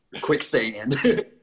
Quicksand